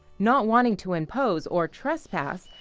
not wanting to impose. or trespass.